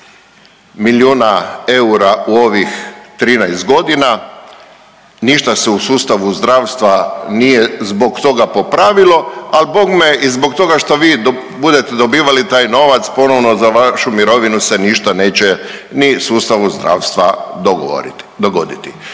milijuna eura u ovih 13 godina, ništa se u sustavu zdravstva nije zbog toga popravilo, ali bogme i zbog toga što vi budete dobivali taj novac ponovno za vašu mirovinu se ništa neće ni u sustavu zdravstva dogoditi.